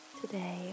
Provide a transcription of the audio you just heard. today